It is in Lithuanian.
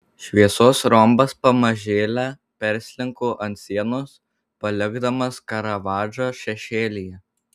šviesos rombas pamažėle perslinko ant sienos palikdamas karavadžą šešėlyje